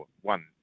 One